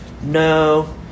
No